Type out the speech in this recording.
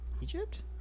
Egypt